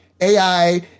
AI